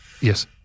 Yes